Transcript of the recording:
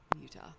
Utah